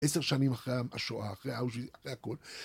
עשר שנים אחרי השואה, אחרי האוז'י, אחרי הכל.